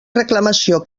reclamació